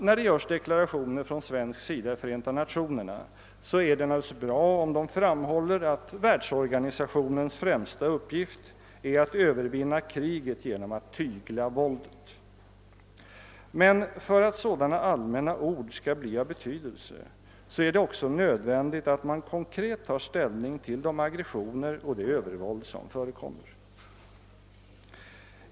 När det görs deklarationer från svensk sida i Förenta nationerna är det naturligtvis bra om det framhålls att världsorganisationens främsta uppgift är att övervinna kriget genom att tygla våldet. Men för att sådana allmänna ord skall bli av betydelse är det också nödvändigt att man konkret tar ställning till de aggressioner och det övervåld som förekommer.